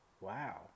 Wow